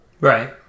right